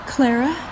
Clara